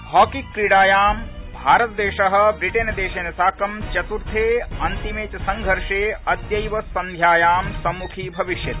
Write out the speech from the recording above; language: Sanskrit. हॉकी क्रीडायां भारतदेश ब्रिटेनदेशेन साकं चत्र्थे अन्तिमे च संघर्षे अद्यैव संघ्यायां सम्म्खी भविष्यति